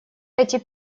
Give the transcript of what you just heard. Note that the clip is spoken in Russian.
эти